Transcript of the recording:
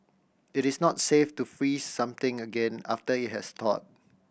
it is not safe to freeze something again after it has thawed